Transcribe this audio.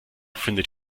findet